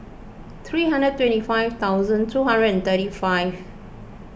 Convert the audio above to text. three hundred twenty five thousand two hundred and thirty five